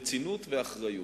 רצינות ואחריות.